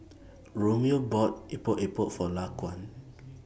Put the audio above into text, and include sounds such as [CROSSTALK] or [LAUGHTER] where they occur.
[NOISE] Romeo bought Epok Epok For Laquan